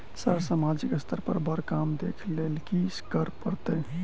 Sir सामाजिक स्तर पर बर काम देख लैलकी करऽ परतै?